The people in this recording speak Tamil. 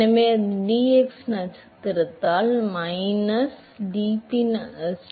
எனவே அது dx நட்சத்திரத்தால் மைனஸ் dP நட்சத்திரமாக இருக்கும் மேலும் இப்போது என்னிடம் L by U ஸ்கொயர் உள்ளது